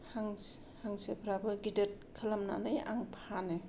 हांसो हांसोफोराबो गिदिद खालामनानै आं फानो